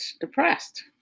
depressed